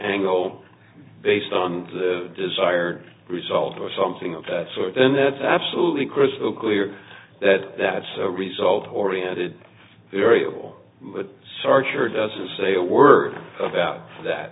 angle based on the desired result or something of that sort then it's absolutely crystal clear that that's a result oriented variable sarge or doesn't say a word about that